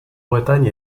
bretagne